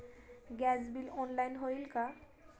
Gas bill online होईल का?